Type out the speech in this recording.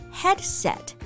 headset